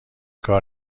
کار